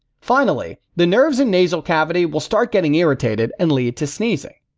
finally the nerves in nasal cavity will start getting irritated and lead to sneezing.